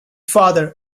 father